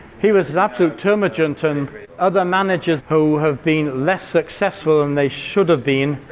he was an absolute termagant. and other managers who have been less successful than they should have been